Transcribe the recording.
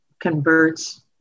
converts